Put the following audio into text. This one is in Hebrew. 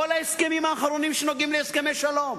בכל ההסכמים האחרונים שנוגעים להסכמי שלום.